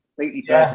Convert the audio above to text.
completely